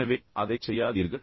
எனவே அதைச் செய்யாதீர்கள்